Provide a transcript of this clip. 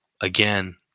again